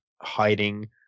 hiding